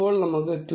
ഇപ്പോൾ നമുക്ക് 2